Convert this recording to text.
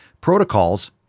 protocols